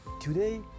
Today